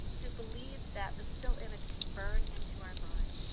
who believes that the still image can burn into our minds.